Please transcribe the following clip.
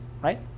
right